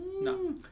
No